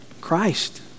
Christ